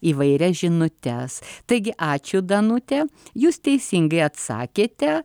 įvairias žinutes taigi ačiū danute jūs teisingai atsakėte